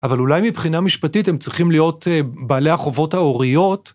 אבל אולי מבחינה משפטית הם צריכים להיות בעלי החובות ההוריות.